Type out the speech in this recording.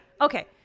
okay